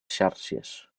xàrcies